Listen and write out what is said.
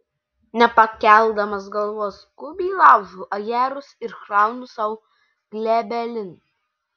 nepakeldamas galvos skubiai laužau ajerus ir kraunu sau glėbelin